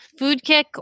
FoodKick